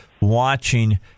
watching